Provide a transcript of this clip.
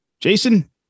jason